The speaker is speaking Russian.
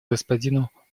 господину